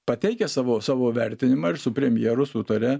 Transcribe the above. pateikia savo savo vertinimą ir su premjeru sutaria